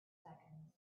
seconds